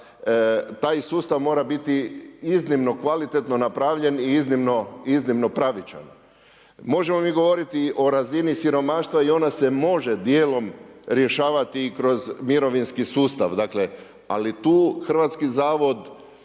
taj sustav mora biti iznimno kvalitetno napravljen i iznimno pravičan. Možemo mi govoriti o razini siromaštva i ona se može dijelom rješavati i kroz mirovinski sustav. Dakle, ali tu Hrvatski zavod